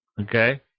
Okay